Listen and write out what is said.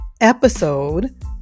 episode